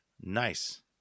Nice